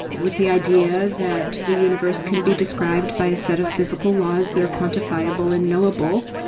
with the idea that the universe can be described by a set of physical laws that are quantifiable and knowable,